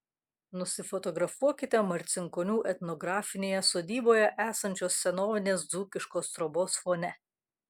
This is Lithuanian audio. nusifotografuokite marcinkonių etnografinėje sodyboje esančios senovinės dzūkiškos trobos fone